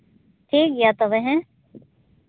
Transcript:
ᱴᱷᱤᱠ ᱜᱮᱭᱟ ᱛᱚᱵᱮ ᱦᱮᱸ